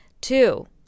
Two